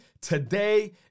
today